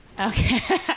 Okay